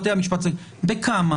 בתי המשפט צדיקים בכמה,